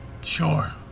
Sure